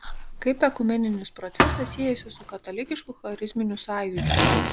kaip ekumeninis procesas siejasi su katalikišku charizminiu sąjūdžiu